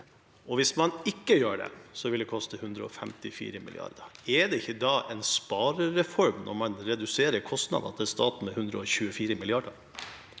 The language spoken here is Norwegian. og hvis man ikke gjør det, vil det koste 154 mrd. kr. Er det ikke da en sparereform når man reduserer kostnadene til staten med 124 mrd.